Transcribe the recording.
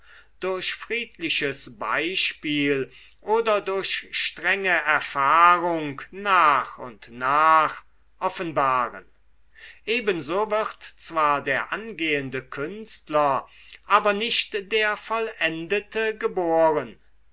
durch friedliches beispiel oder durch strenge erfahrung nach und nach offenbaren ebenso wird zwar der angehende künstler aber nicht der vollendete geboren